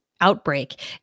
outbreak